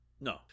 No